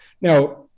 now